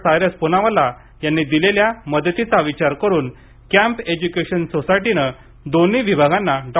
सायरस पुनावाला यांनी दिलेल्या मदतीचा विचार करून कॅम्प एज्य्केशन सोसायटीने दोन्ही विभागांना डॉ